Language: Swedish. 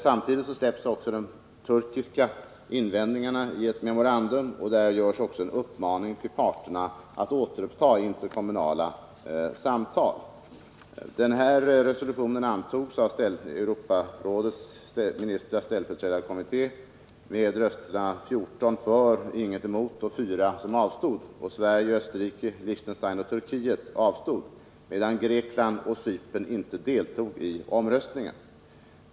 Samtidigt frisläpps de turkiska invändningarna i ett memorandum. Parterna uppmanas också att återuppta de interkommunala samtalen.